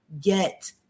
get